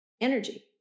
energy